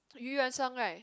Eu-Yan-Sang right